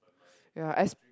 ya es~